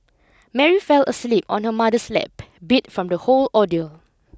Mary fell asleep on her mother's lap beat from the whole ordeal